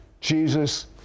Jesus